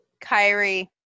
Kyrie